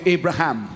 Abraham